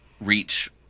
reach